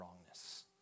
wrongness